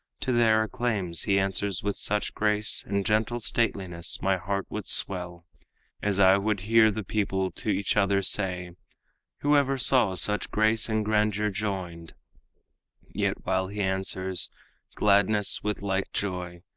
to their acclaims he answers with such grace and gentle stateliness, my heart would swell as i would hear the people to each other say who ever saw such grace and grandeur joined yet while he answers gladness with like joy,